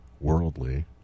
Worldly